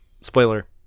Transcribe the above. spoiler